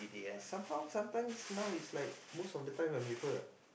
somehow sometimes now it's like most of time I'm with her